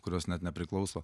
kurios net nepriklauso